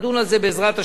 בעזרת השם,